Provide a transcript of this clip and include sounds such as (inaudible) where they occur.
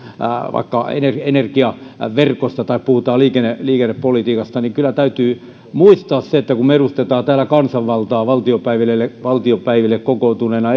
vaikka energiaverkosta tai puhutaan liikennepolitiikasta niin kyllä täytyy muistaa se että kun me edustamme täällä kansanvaltaa valtiopäiville valtiopäiville kokoontuneena (unintelligible)